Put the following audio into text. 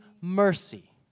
mercy